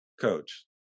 coach